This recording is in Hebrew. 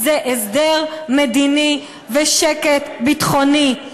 זה הסדר מדיני ושקט ביטחוני.